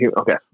Okay